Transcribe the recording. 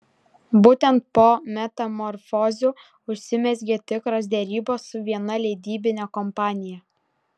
būtent po metamorfozių užsimezgė tikros derybos su viena leidybine kompanija